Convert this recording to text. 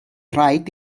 rhaid